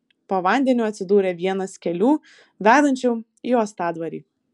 po vandeniu atsidūrė vienas kelių vedančių į uostadvarį